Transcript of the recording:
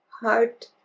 heart